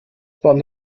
bahn